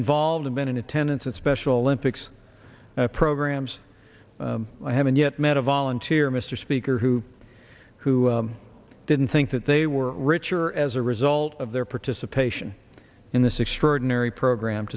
involved and been in attendance at special olympics programs i haven't yet met a volunteer mr speaker who who didn't think that they were richer as a result of their participation in this extraordinary program